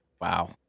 Wow